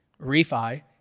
refi